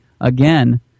again